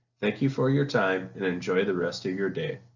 thank you for your time and enjoy the rest of your day!